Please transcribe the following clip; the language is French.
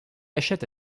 achète